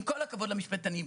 עם כל הכבוד למשפטנים,